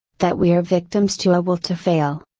that we are victims to a will to fail.